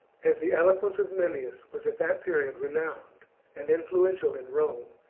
as the eloquence of memmius was at that period renowned and influential in rome,